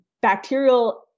bacterial